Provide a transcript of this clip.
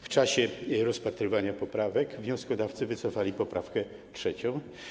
W czasie rozpatrywania poprawek wnioskodawcy wycofali poprawkę 3.